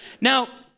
Now